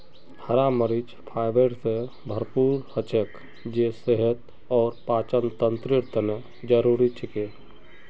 हरा मरीच फाइबर स भरपूर हछेक जे सेहत और पाचनतंत्रेर तने जरुरी छिके